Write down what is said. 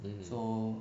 mm